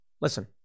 Listen